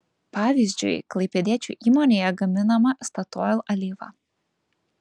pavyzdžiui klaipėdiečių įmonėje gaminama statoil alyva